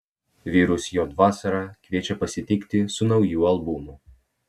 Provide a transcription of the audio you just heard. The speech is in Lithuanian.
virus j vasarą kviečia pasitikti su nauju albumu